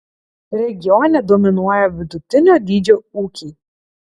regione dominuoja vidutinio dydžio ūkiai